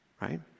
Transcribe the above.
Right